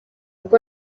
ubwo